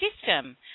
system